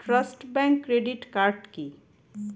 Trust bank credit card কি?